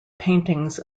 paintings